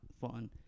fun